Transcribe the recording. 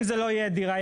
רם זו לא תהיה יחידה,